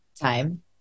time